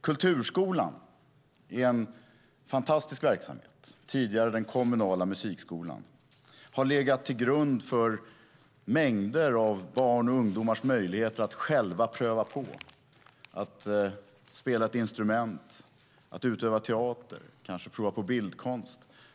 Kulturskolan, tidigare den kommunala musikskolan, är en fantastisk verksamhet som har legat till grund för mängder av barns och ungdomars möjligheter att själva pröva på att spela ett instrument, utöva teater eller kanske prova på bildkonst.